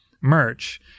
merch